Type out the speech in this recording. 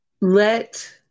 let